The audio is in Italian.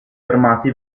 fermati